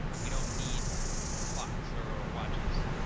we don't need clocks or or watches,